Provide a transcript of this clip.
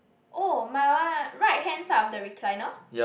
oh my one ah right hand side of the recliner